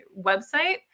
website